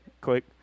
click